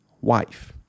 wife